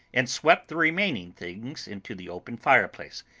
and swept the remaining things into the open fireplace,